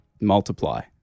multiply